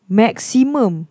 maximum